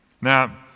Now